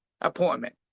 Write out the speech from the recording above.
appointment